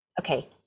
okay